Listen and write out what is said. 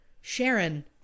Sharon